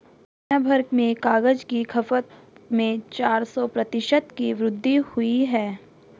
दुनियाभर में कागज की खपत में चार सौ प्रतिशत की वृद्धि हुई है